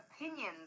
opinions